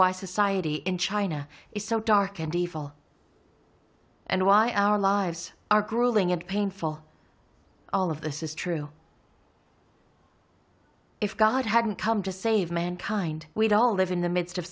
why society in china is so dark and evil and why our lives are grueling and painful all of this is true if god hadn't come to save mankind we don't live in the midst of